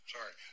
Sorry